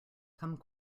come